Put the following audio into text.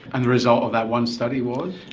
and the result of that one study was?